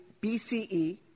BCE